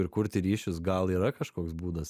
ir kurti ryšius gal yra kažkoks būdas